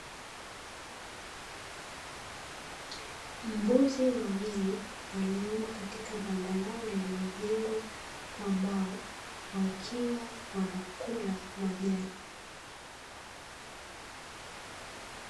Mbuzi wawili waliomo katika banda lao liliojengwa kwa mbao wakiwa wanakula majani.